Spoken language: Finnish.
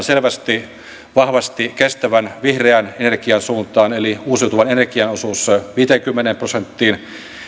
selvästi vahvasti kestävän vihreän energian suuntaan eli uusiutuvan energian osuus viiteenkymmeneen prosenttiin